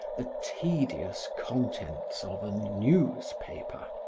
the tedious contents of a newspaper.